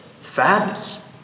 sadness